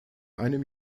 einem